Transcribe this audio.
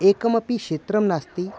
एकमपि क्षेत्रं नास्ति